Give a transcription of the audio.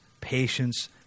patience